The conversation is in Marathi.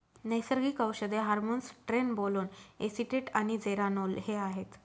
नैसर्गिक औषधे हार्मोन्स ट्रेनबोलोन एसीटेट आणि जेरानोल हे आहेत